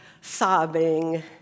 sobbing